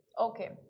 Okay